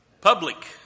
public